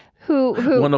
who, who, and